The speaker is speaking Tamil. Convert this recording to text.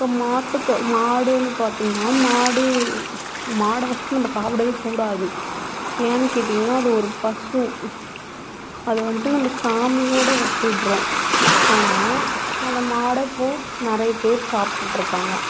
இப்போ மாட்டுக்கு மாடுன்னு பார்த்திங்கன்னா மாடு மாட்ட ஃபஸ்ட்டு நம்ம சாப்பிடவேக் கூடாது ஏன் கேட்டிங்கன்னா அது ஒரு பசு அதை வந்துட்டு நம்ம சாமியோடு ஒப்பிடுறோம் ஆனால் அந்த மாட்ட இப்போது நிறைய பேர் சாப்பிட்டுட்ருக்காங்க